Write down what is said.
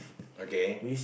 okay